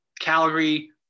Calgary